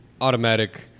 automatic